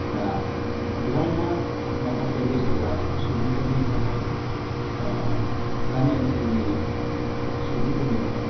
दा बिथांमोना माखासे बैसोगोरा सुबुंफोरनि थाखाय गामि ओनसोलनि सुबुंफोरनि थाखाय